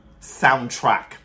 soundtrack